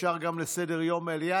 אפשר גם "סדר-יום מליאה",